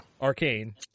Arcane